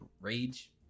rage